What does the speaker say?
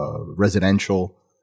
residential